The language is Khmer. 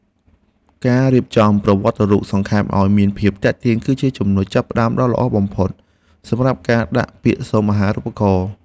ការរៀបចំប្រវត្តិរូបសង្ខេបឱ្យមានភាពទាក់ទាញគឺជាចំណុចចាប់ផ្តើមដ៏ល្អបំផុតសម្រាប់ការដាក់ពាក្យសុំអាហារូបករណ៍។